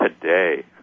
today